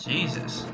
Jesus